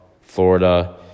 Florida